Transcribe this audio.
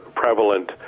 prevalent